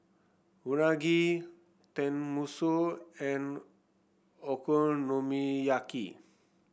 Unagi Tenmusu and Okonomiyaki